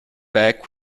back